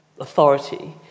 authority